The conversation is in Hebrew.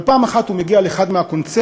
אבל פעם אחת הוא מגיע לאחד הקונצרטים,